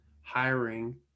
hiring